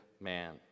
man